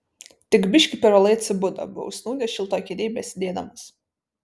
tik biški per vėlai atsibudo buvo užsnūdęs šiltoj kėdėj besėdėdamas